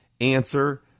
answer